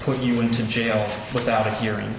put you into jail without a hearing